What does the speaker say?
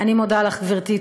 אני מודה לך, גברתי.